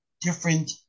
different